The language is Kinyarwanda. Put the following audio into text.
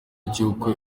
cy’uko